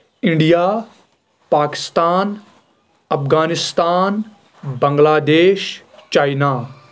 India Pakistan Afghanistan Bangladesh China